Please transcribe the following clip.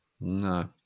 No